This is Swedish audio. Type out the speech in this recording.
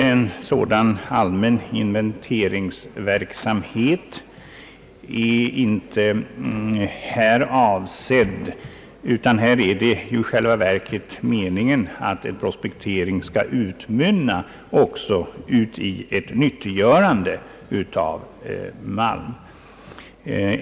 En sådan allmän inventeringsverksamhet är inte här avsedd, utan här är det i själva verket meningen att prospekteringen skall utmynna också i ett nyttiggörande av malm.